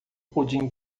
pudim